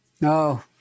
No